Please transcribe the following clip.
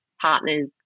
partners